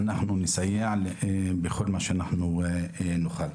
אנחנו נסייע בכל מה שנוכל.